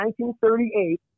1938